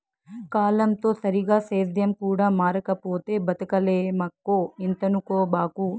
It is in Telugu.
కాలంతో సరిగా సేద్యం కూడా మారకపోతే బతకలేమక్కో ఇంతనుకోబాకు